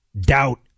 Doubt